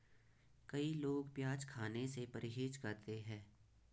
कई लोग प्याज खाने से परहेज करते है